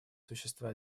существа